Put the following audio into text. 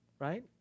Right